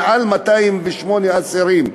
מעל 208 אסירים,